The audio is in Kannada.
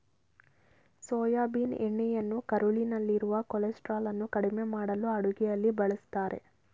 ಸೋಯಾಬೀನ್ ಎಣ್ಣೆಯನ್ನು ಕರುಳಿನಲ್ಲಿರುವ ಕೊಲೆಸ್ಟ್ರಾಲನ್ನು ಕಡಿಮೆ ಮಾಡಲು ಅಡುಗೆಯಲ್ಲಿ ಬಳ್ಸತ್ತರೆ